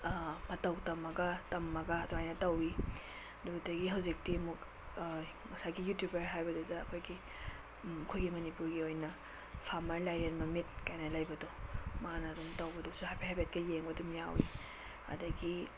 ꯃꯇꯧ ꯇꯝꯃꯒ ꯇꯝꯃꯒ ꯑꯗꯨꯃꯥꯏꯅ ꯇꯧꯏ ꯑꯗꯨꯗꯒꯤ ꯍꯧꯖꯤꯛꯇꯤ ꯑꯃꯨꯛ ꯉꯁꯥꯏꯒꯤ ꯌꯨꯇ꯭ꯌꯨꯕꯔ ꯍꯥꯏꯕꯗꯨꯗ ꯑꯩꯈꯣꯏꯒꯤ ꯑꯩꯈꯣꯏꯒꯤ ꯃꯅꯤꯄꯨꯔꯒꯤ ꯑꯣꯏꯅ ꯐꯥꯔꯃꯔ ꯂꯥꯏꯔꯦꯟꯃꯃꯤꯠꯀꯥꯏꯅ ꯂꯩꯕꯗꯣ ꯃꯥꯅ ꯑꯗꯨꯝ ꯇꯧꯕꯗꯨꯁꯨ ꯍꯥꯏꯐꯦꯠ ꯍꯥꯏꯐꯦꯠꯀ ꯌꯦꯡꯕ ꯑꯗꯨꯝ ꯌꯥꯎꯏ ꯑꯗꯒꯤ